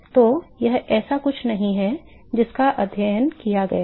तो यह ऐसा कुछ नहीं है जिसका अध्ययन किया गया है